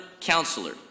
counselor